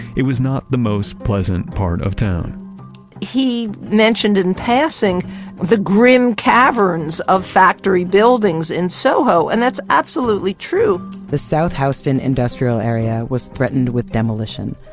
it was not the most pleasant part of town he mentioned in passing the grim caverns of factory buildings in soho, and that's absolutely true the south houston industrial area was threatened with demolition.